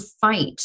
fight